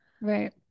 Right